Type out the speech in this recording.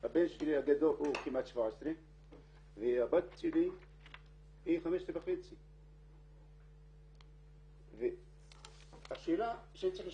הבן הגדול כמעט 17 והבת שלי בת 15.5. השאלה שאני רוצה לשאול,